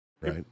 right